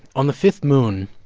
on the fifth moon